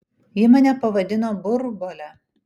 ji mane pavadino burbuole